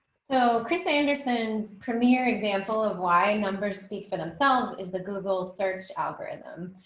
so chris andersen's premier example of why numbers speak for themselves is the google search algorithm.